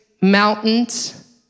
mountains